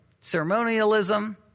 Ceremonialism